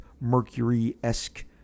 mercury-esque